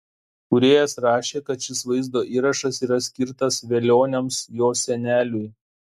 kūrėjas rašė kad šis vaizdo įrašas yra skirtas velioniams jo seneliui